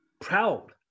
proud